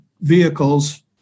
vehicles